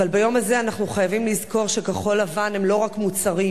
אבל ביום הזה אנחנו חייבים לזכור שכחול-לבן הם לא רק מוצרים.